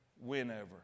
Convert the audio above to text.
whenever